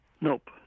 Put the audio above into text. Nope